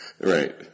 Right